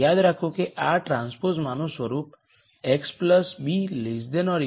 યાદ રાખો કે આ ટ્રાન્સપોઝમાંનું સ્વરૂપ x b 0 છે